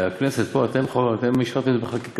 והכנסת פה, אתם אישרתם את זה בחקיקה.